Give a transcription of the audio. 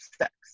sex